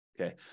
okay